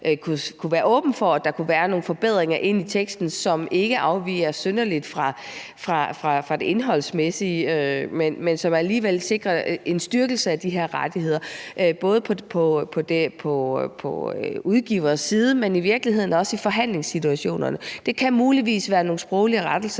kunne være åben for, at der kunne være nogle forbedringer inde i teksten, som ikke afviger synderligt fra det indholdsmæssige, men som alligevel sikrer en styrkelse af de her rettigheder, både på udgiversiden, men i virkeligheden også i forhandlingssituationerne. Det kan muligvis være nogle sproglige rettelser,